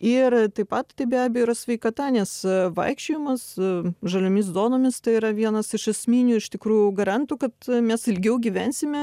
ir taip pat tai be abejo yra sveikata nes vaikščiojimas žaliomis zonomis tai yra vienas iš esminių iš tikrųjų garantų kad mes ilgiau gyvensime